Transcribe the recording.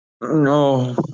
No